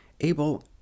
Abel